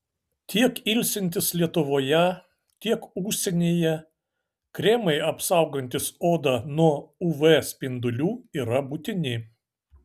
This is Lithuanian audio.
tiek ilsintis lietuvoje tiek užsienyje kremai apsaugantys odą nuo uv spindulių yra būtini